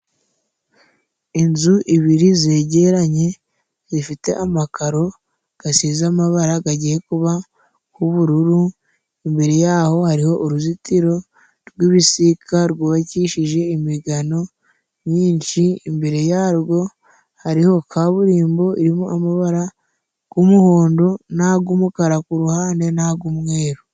Inzu ibiri zegeranye zifite amakaro gasize amabara gagiye kuba nk' ubururu, imbere yaho hariho uruzitiro rw'ibisika rwubakishije imigano myinshi ,imbere yarwo hariho kaburimbo irimo amabara g'umuhondo, n'ag'umukara kuruhande, n'ag' umweru.